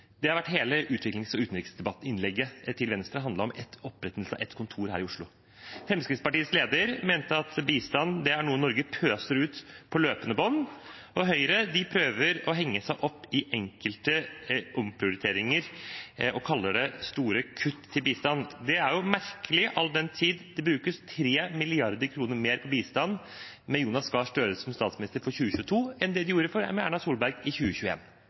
Hele utviklings- og utenriksdebattinnlegget til Venstre handlet om opprettelse av ett kontor her i Oslo. Fremskrittspartiets leder mente at bistand er noe Norge pøser ut på løpende bånd. Høyre prøver å henge seg opp i enkelte omprioriteringer og kaller det store kutt til bistand. Det er merkelig, all den tid det brukes 3 mrd. kr mer på bistand i 2022, med Jonas Gahr Støre som statsminister, enn det gjorde i 2021, med Erna Solberg.